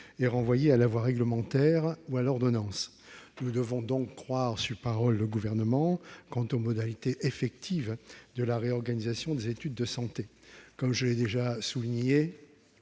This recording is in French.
est renvoyée à la voie réglementaire ou à l'ordonnance. Nous devons donc croire sur parole le Gouvernement quant aux modalités effectives de la réorganisation des études de santé. Comme je l'ai souligné,